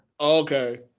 Okay